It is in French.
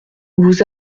vous